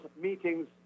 meetings